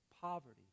poverty